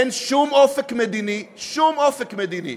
אין שום אופק מדיני, שום אופק מדיני,